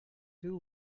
two